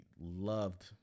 loved